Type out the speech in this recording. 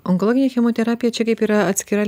onkologinė chemoterapija čia kaip yra atskira